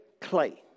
clay